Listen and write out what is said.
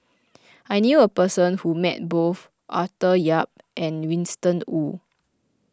I knew a person who met both Arthur Yap and Winston Oh